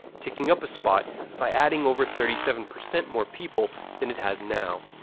ticking up a spot by adding over thirty seven percent more people than it has now.